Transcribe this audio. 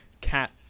cat